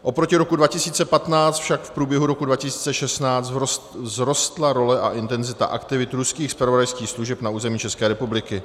Oproti roku 2015 však v průběhu roku 2016 vzrostla role a intenzita aktivit ruských zpravodajských služeb na území České republiky.